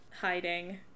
hiding